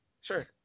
sure